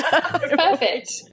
Perfect